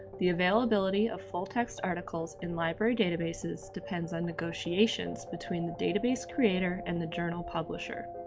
the availability of full text articles in library databases depends on negotiations between the database creator and the journal publisher.